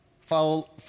follow